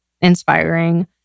inspiring